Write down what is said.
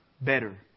better